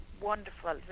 wonderful